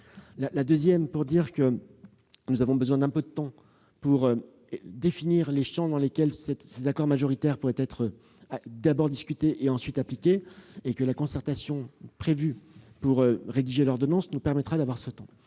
locaux. Ensuite, nous avons besoin d'un peu de temps pour définir les champs dans lesquels ces accords majoritaires pourraient être d'abord discutés, puis appliqués. La concertation prévue pour rédiger l'ordonnance nous permettra d'en disposer.